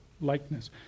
likeness